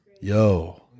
Yo